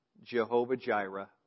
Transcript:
Jehovah-Jireh